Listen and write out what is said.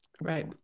Right